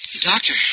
Doctor